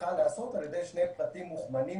צריכה להיעשות על ידי שני פרטים מוכמנים